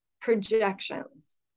projections